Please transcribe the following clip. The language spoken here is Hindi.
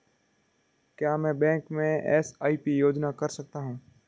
क्या मैं बैंक में एस.आई.पी योजना कर सकता हूँ?